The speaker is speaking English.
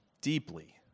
deeply